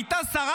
הייתה שרה.